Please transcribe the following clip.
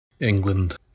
England